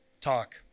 talk